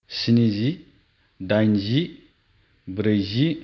स्निजि दाइनजि ब्रैजि